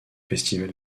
festival